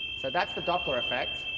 so that's the doppler effect